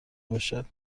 باشد